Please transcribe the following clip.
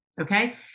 okay